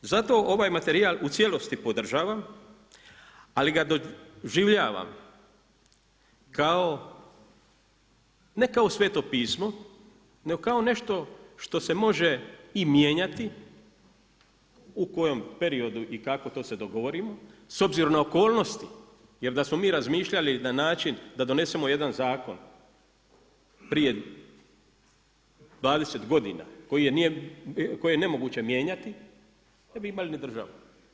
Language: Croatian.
Zato ovaj materijal u cijelosti podržavam, ali ga doživljavam kao, ne kao sveto pismo, nego nešto što se može i mijenjati, u kojem periodu i kako, to se dogovorimo, s obzirom na okolnosti, jer da smo mi razmišljali na način da donesemo jedan zakon prije 20 godina, koje je nemoguće mijenjati ne bi imali državu.